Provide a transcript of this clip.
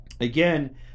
again